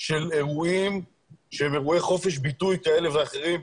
של אירועים שהם אירועי חופש ביטוי כאלה ואחרים,